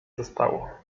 zostało